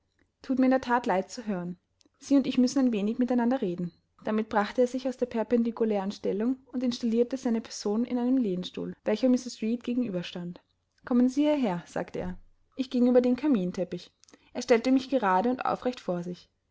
thut mir in der that leid zu hören sie und ich müssen ein wenig mit einander reden damit brachte er sich aus der perpendikulären stellung und installierte seine person in dem lehnstuhl welcher mrs reed gegenüber stand kommen sie hierher sagte er ich ging über den kaminteppich er stellte mich gerade und aufrecht vor sich